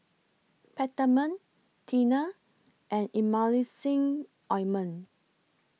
Peptamen Tena and Emulsying Ointment